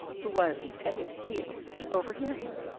who was at his heels, to overhear him.